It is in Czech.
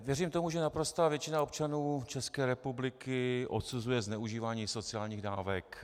Věřím tomu, že naprostá většina občanů České republiky odsuzuje zneužívání sociálních dávek.